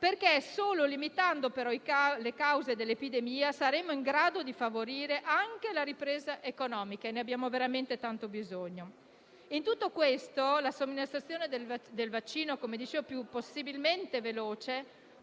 e, solo limitando le cause dell'epidemia, saremo in grado di favorire anche la ripresa economica, e ne abbiamo veramente tanto bisogno. In tutto questo la somministrazione più veloce possibile del vaccino